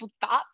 thoughts